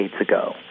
ago